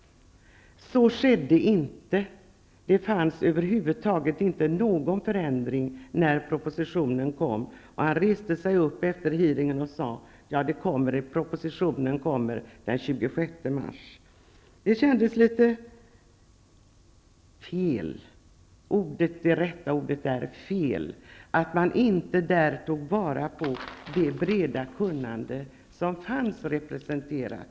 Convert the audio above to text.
Så skedde inte. Efter utfrågningen sade statssekreteraren att propositionen kommer den 26 mars, och när propositionen kom fanns det över huvud taget inte någon förändring i den. Det kändes litet fel -- det är rätt ord -- att man vid utfrågningen inte tog vara på det breda kunnande som fanns representerat.